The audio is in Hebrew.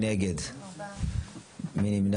פרק ח', ייבוא מוצרי מזון.